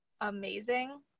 amazing